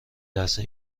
لحظه